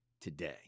today